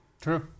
True